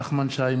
נחמן שי,